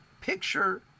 picture